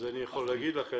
אז אני יכול להגיד לכם